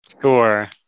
Sure